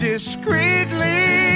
Discreetly